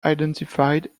identified